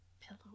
pillow